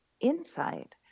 Insight